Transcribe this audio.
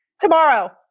Tomorrow